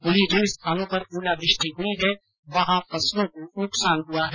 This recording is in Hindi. वहीं जिन स्थानों पर ओलावृष्टि हुई है वहां फसलों को नुकसान हुआ है